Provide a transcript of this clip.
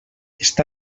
està